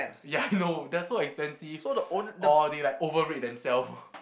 ya I know they're so expensive or they like overrate themselves